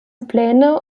pläne